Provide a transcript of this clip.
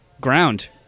ground